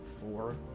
four